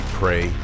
pray